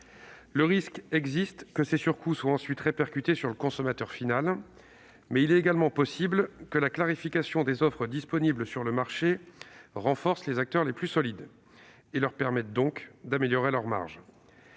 Le risque existe que ces surcoûts soient ensuite répercutés sur le consommateur final. Mais il est également possible que la clarification des offres disponibles sur le marché renforce les acteurs les plus solides et leur permette donc d'améliorer leurs marges.